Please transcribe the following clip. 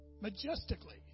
majestically